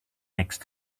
next